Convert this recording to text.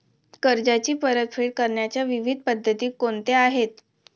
कर्जाची परतफेड करण्याच्या विविध पद्धती कोणत्या आहेत?